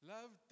Love